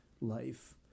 life